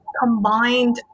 combined